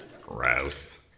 Gross